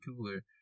cooler